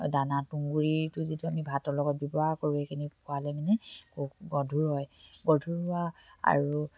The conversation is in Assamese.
দানা তুঁহগুৰিটো যিটো আমি ভাতৰ লগত ব্যৱহাৰ কৰোঁ সেইখিনি খোৱালে মানে গধুৰ হয় গধুৰ হোৱা আৰু